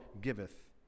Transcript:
giveth